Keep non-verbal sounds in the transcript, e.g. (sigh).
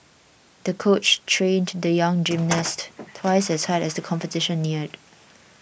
the coach trained the young gymnast (noise) twice as hard as the competition neared